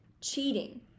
cheating